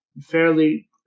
fairly